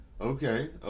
okay